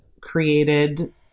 created